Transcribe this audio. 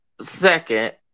Second